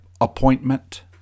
appointment